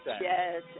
Yes